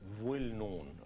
well-known